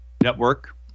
network